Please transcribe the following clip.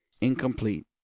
incomplete